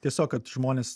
tiesiog kad žmonės